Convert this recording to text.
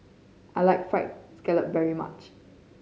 I like Fried Scallop very much